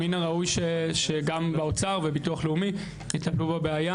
מין הראוי שגם באוצר וביטוח לאומי יטפלו בבעיה.